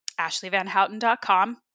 ashleyvanhouten.com